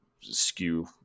skew